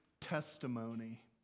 testimony